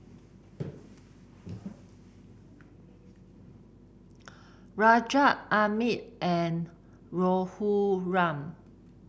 Rajat Amit and Raghuram